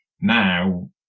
Now